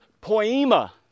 poema